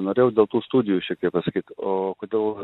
norėjau dėl tų studijų šiek tiek pasakyt o kodėl